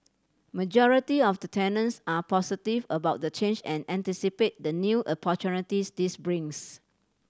majority of the tenants are positive about the change and anticipate the new opportunities this brings